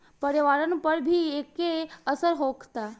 पर्यावरण पर भी एके असर होखता